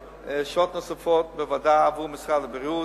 שעות נוספות בוועדה עבור משרד הבריאות,